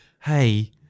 hey